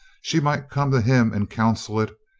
she might come to him and counsel it,